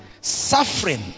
Suffering